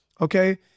Okay